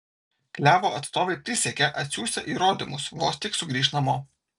klevo atstovai prisiekė atsiųsią įrodymus vos tik sugrįš namo